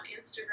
Instagram